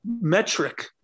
metric